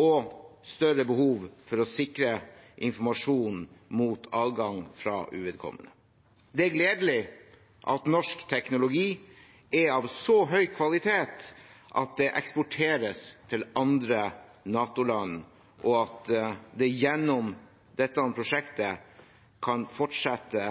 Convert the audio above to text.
og større behov for å sikre informasjon mot adgang fra uvedkommende. Det er gledelig at norsk teknologi er av så høy kvalitet at det eksporteres til andre NATO-land, og at man gjennom dette prosjektet kan fortsette